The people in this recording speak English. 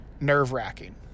nerve-wracking